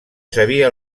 sabia